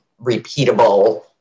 repeatable